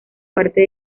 parte